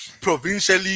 provincially